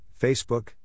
Facebook